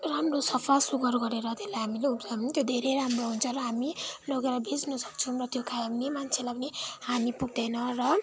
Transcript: राम्रो सफासुघर गरेर त्यसलाई हामीले उब्जायौँ भने त्यो धेरै राम्रो हुन्छ र हामी लगेर बेच्न सक्छौँ र त्यो खायो भने मान्छेलाई पनि हानी पुग्दैन र